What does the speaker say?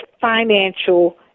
financial